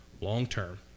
long-term